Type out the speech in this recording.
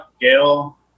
Gail